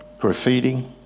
graffiti